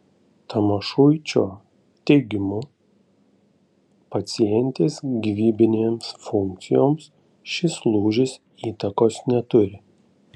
tamošuičio teigimu pacientės gyvybinėms funkcijoms šis lūžis įtakos neturi